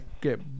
get